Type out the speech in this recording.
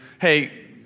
hey